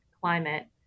climate